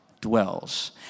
dwells